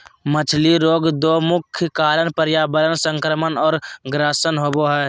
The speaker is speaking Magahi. मछली रोग दो मुख्य कारण पर्यावरण संक्रमण और ग्रसन होबे हइ